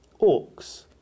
orcs